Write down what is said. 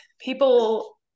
people